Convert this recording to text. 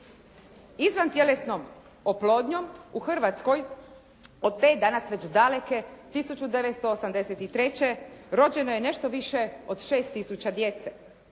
Izvantjelesnom oplodnjom u Hrvatskoj od te danas već daleke 1983. rođeno je nešto više od 6000 djece.